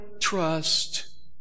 trust